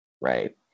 right